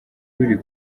ruri